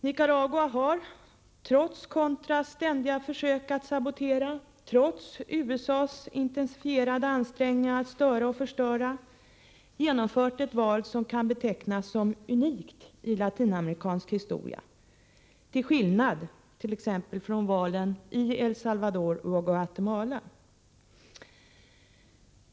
Nicaragua har trots Contras ständiga försök att sabotera och trots USA:s intensifierade ansträngningar att störa och förstöra genomfört ett val, som kan betecknas som unikt i latinamerikansk historia till skillnad från t.ex. valen i El Salvador och Guatemala.